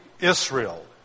Israel